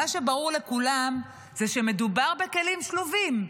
מה שברור לכולם זה שמדובר בכלים שלובים,